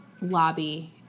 lobby